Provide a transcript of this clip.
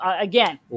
again